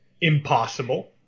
impossible